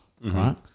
right